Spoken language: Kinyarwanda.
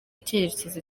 icyerekezo